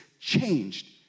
changed